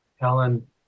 Helen